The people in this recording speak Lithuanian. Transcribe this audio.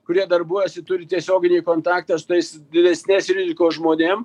kurie darbuojasi turi tiesioginį kontaktą su tais didesnės rizikos žmonėm